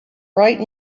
bright